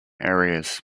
areas